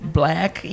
black